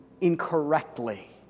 incorrectly